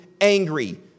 angry